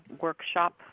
workshop